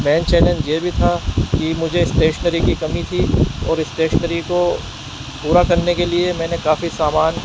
مین challenge یہ بھی تھا کہ مجھے اسٹیشنری کی کمی تھی اور اسٹیشنری کو پورا کرنے کے لیے میں نے کافی سامان